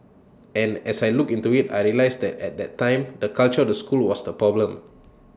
and as I looked into IT I realised that at that time the culture of the school was the problem